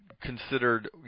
considered